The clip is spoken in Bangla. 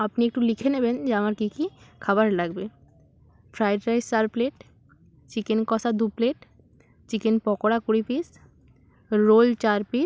আপনি একটু লিখে নেবেন যে আমার কী কী খাবার লাগবে ফ্রায়েড রাইস চার প্লেট চিকেন কষা দু প্লেট চিকেন পাকোড়া কুড়ি পিস রোল চার পিস